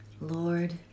Lord